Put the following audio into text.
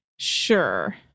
Sure